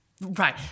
Right